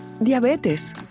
Diabetes